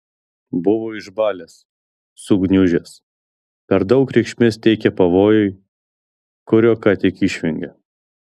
buvo išbalęs sugniužęs per daug reikšmės teikė pavojui kurio ką tik išvengė